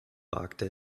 wagte